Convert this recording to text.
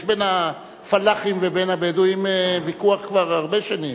יש בין הפלאחים לבין הבדואים ויכוח כבר הרבה שנים.